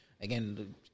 again